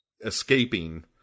escaping